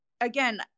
again